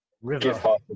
river